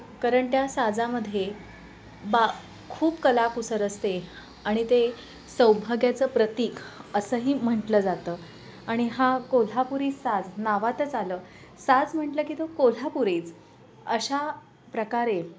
कारण त्या साजामध्ये बा खूप कलाकुसर असते आणि ते सौभाग्याचं प्रतीक असंही म्हटलं जातं आणि हा कोल्हापुरी साज नावातच आलं साज म्हटलं की तो कोल्हापुरीच अशा प्रकारे